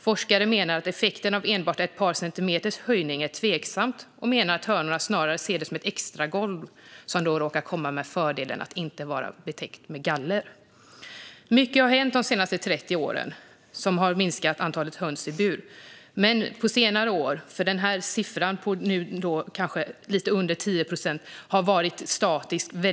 Forskare menar att effekten av enbart ett par centimeters höjning är tveksam och att hönorna snarare ser det som ett extra golv som råkar ha fördelen att inte vara täckt av galler. Mycket har hänt de senaste 30 åren för att minska antalet höns i bur. Men siffran på lite under 10 procent har under lång tid varit statisk.